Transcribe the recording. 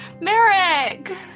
Merrick